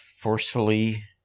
forcefully